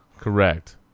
Correct